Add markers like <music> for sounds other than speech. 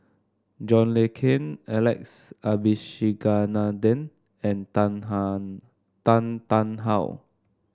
John Le Cain Alex Abisheganaden and Tan <unintelligible> Tan Tarn How